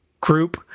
group